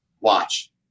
Watch